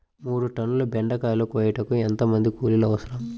మూడు టన్నుల బెండకాయలు కోయుటకు ఎంత మంది కూలీలు అవసరం?